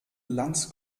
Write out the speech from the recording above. lanz